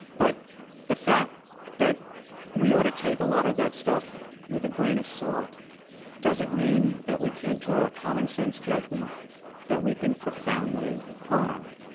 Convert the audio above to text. but the fact that we ought to take a lot of that stuff with a grain of salt doesn't mean that we can't draw our common sense judgment that we've been profoundly harmed.